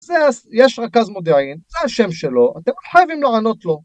זה, יש רכז מודיעין, זה השם שלו, אתם לא חייבים לענות לו